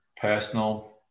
Personal